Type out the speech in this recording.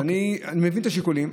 אני מבין את השיקולים,